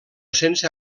sense